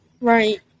Right